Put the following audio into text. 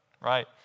right